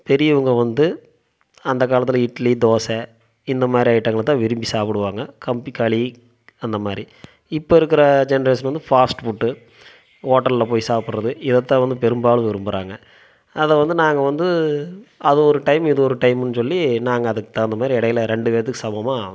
பெரியவங்க வந்து அந்த காலத்தில் இட்லி தோசை இந்த மாதிரி ஐட்டங்களை தான் விரும்பி சாப்பிடுவாங்க கம்புகளி அந்த மாதிரி இப்போ இருக்கிற ஜென்ட்ரேஷன் வந்து ஃபாஸ்ட்ஃபுட்டு ஹோட்டலில் போய் சாப்புடுறது இதை தான் வந்து பெரும்பாலும் விரும்புகிறாங்க அதை வந்து நாங்கள் வந்து அதை ஒரு டைம் இதை ஒரு டைம்னு சொல்லி நாங்கள் அதுக்கு தகுந்த மாதிரி இடையில் ரெண்டு பேர்த்துக்கு சமம்மாக